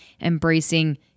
embracing